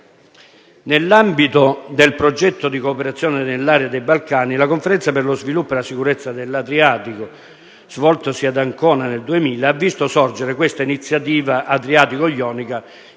Nell'ambito del progetto di cooperazione nell'area dei Balcani, la Conferenza per lo sviluppo e la sicurezza dell'Adriatico, svoltasi ad Ancona nel 2000, ha visto sorgere questa Iniziativa adriatico-ionica